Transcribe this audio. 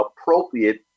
appropriate